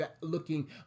looking